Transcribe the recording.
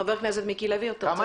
חבר הכנסת מיקי לוי, בבקשה.